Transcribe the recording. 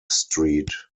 street